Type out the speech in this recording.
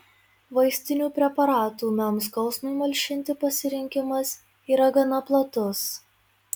vaistinių preparatų ūmiam skausmui malšinti pasirinkimas yra gana platus